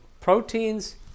proteins